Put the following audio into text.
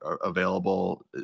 available